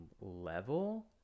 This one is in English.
level